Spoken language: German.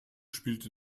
spielt